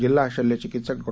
जिल्हाशल्यचिकित्सकडॉ